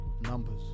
Numbers